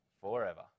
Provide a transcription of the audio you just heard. forever